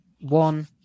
one